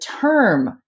term